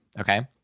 okay